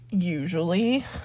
usually